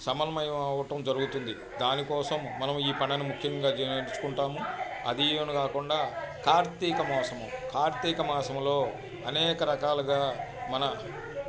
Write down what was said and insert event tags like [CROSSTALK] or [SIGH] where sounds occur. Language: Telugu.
సమన్మయం అవ్వటం జరుగుతుంది దానికోసం మనం ఈ పనిని ముఖ్యంగా [UNINTELLIGIBLE] అదియును కాకుండా కార్తీక మాసము కార్తీక మాసంలో అనేక రకాలగా మన